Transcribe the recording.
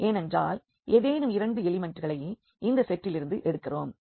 ஏனென்றால் ஏதேனும் 2 எலிமெண்ட்களை இந்த செட்டிலிருந்து எடுக்கிறோம்